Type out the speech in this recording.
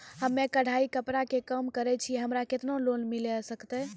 हम्मे कढ़ाई कपड़ा के काम करे छियै, हमरा केतना लोन मिले सकते?